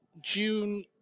June